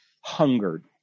hungered